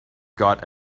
got